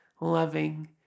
loving